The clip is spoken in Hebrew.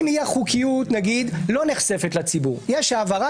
אם אי החוקיות לא נחשפת לציבור יש העברה